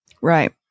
Right